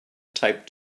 taped